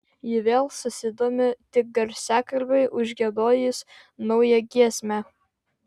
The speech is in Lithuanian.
ji vėl susidomi tik garsiakalbiui užgiedojus naują giesmę